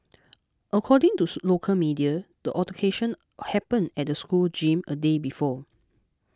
according tooth local media the altercation happened at the school gym a day before